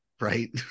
right